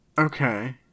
Okay